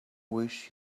wish